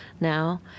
now